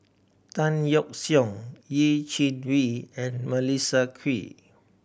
Tan Yeok Seong Yeh Chi Wei and Melissa Kwee